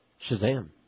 Shazam